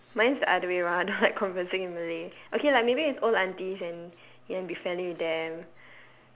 mine is the other way around I don't like conversing in malay okay lah maybe with old aunties and you want to be friendly with them